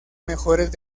mejores